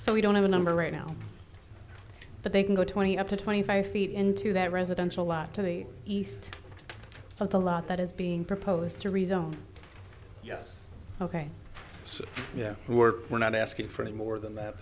so we don't have a number right now but they can go twenty up to twenty five feet into that residential lot to the east of the lot that is being proposed to rezone yes ok so yeah we're we're not asking for any more than that